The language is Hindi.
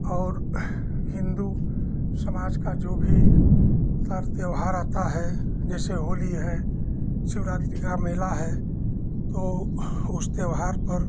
और हिन्दू समाज का जो भी पर्व त्योहार आता है जैसे होली है शिवरात्रि का मेला है तो उस त्योहार पर